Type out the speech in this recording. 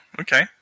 okay